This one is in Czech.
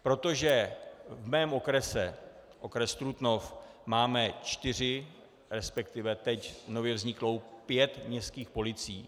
Protože v mém okrese, okrese Trutnov, máme čtyři, resp. teď nově vzniklou, pět městských policií.